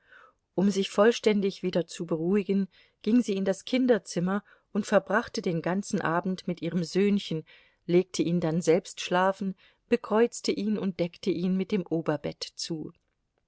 um sich vollständig wieder zu beruhigen ging sie in das kinderzimmer und verbrachte den ganzen abend mit ihrem söhnchen legte ihn dann selbst schlafen bekreuzte ihn und deckte ihn mit dem oberbett zu